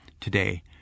today